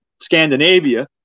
Scandinavia